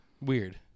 weird